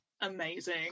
Amazing